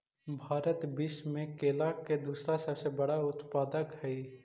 भारत विश्व में केला के दूसरा सबसे बड़ा उत्पादक हई